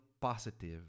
positive